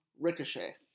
Ricochet